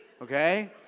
Okay